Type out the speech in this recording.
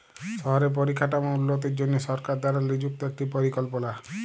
শহরে পরিকাঠাম উল্যতির জনহে সরকার দ্বারা লিযুক্ত একটি পরিকল্পলা